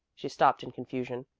she stopped in confusion.